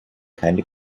keine